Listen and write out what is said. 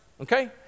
okay